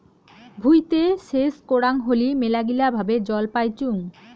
ভুঁইতে সেচ করাং হলি মেলাগিলা ভাবে জল পাইচুঙ